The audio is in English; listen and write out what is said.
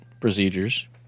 procedures